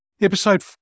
Episode